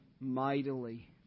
mightily